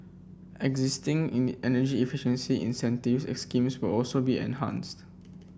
existing energy efficiency incentives schemes will also be enhanced